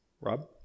Rob